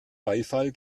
beifall